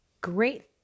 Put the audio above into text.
great